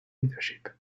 leadership